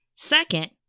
Second